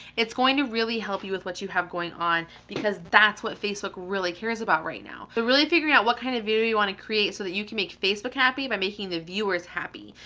it's going to really help you with what you have going on because that's what facebook really cares about right now. so, really figuring out what kind of video you want to create so that you can make facebook happy by making the viewers happy.